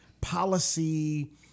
policy